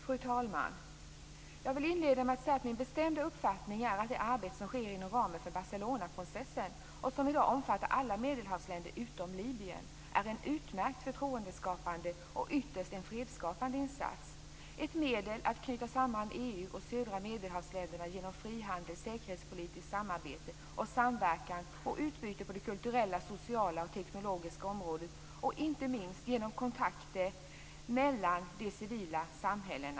Fru talman! Jag vill inleda med att säga att min bestämda uppfattning är att det arbete som sker inom ramen för Barcelonaprocessen, och som i dag omfattar alla medelhavsländer utom Libyen, är en utmärkt förtroendeskapande och ytterst en fredsskapande insats. Det är ett medel för att knyta samman EU och de södra medelhavsländerna genom frihandel, säkerhetspolitiskt samarbete och samverkan samt utbyte på de kulturella, sociala och teknologiska områdena, inte minst genom kontakter mellan de civila samhällena.